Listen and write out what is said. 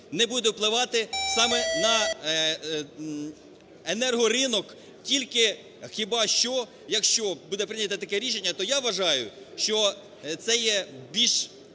не буде впливати саме на енергоринок, тільки хіба що, якщо буде прийняте таке рішення, то я вважаю, що це є більш…